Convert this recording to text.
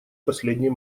последний